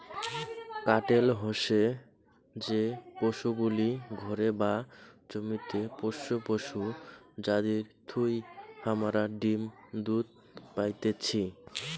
কাটেল হসে যে পশুগুলি ঘরে বা জমিতে পোষ্য পশু যাদির থুই হামারা ডিম দুধ পাইতেছি